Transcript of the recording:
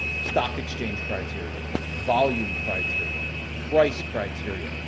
stock exchange criteria, volume criteria, price criteria,